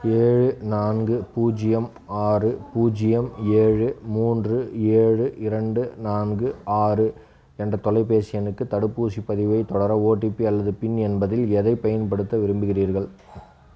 ஏழு நான்கு பூஜ்ஜியம் ஆறு பூஜ்ஜியம் ஏழு மூன்று ஏழு இரண்டு நான்கு ஆறு என்ற தொலைபேசி எண்ணுக்கு தடுப்பூசிப் பதிவைத் தொடர ஓடிபி அல்லது பின் என்பதில் எதைப் பயன்படுத்த விரும்புகிறீர்கள்